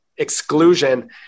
exclusion